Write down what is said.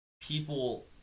people